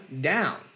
down